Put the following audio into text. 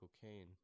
cocaine